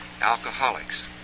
alcoholics